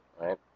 right